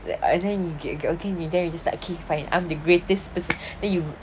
it's but ah then you get get okay can be there then you just like I'm fine I'm the greatest person then you